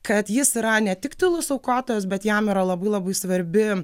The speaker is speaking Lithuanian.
kad jis yra ne tik tylus aukotojas bet jam yra labai labai svarbi